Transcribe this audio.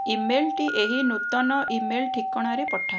ଇମେଲ୍ଟି ଏହି ନୂତନ ଇମେଲ୍ ଠିକଣାରେ ପଠାଅ